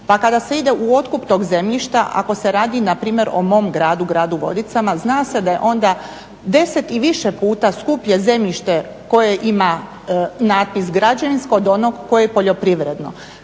pa kada se ide u otkup tog zemljišta, ako se radi npr. o mom gradu, gradu Vodicama, zna se da je onda 10 i više puta skuplje zemljište koje ima natpis građevinsko od onog koje je poljoprivredno.